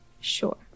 sure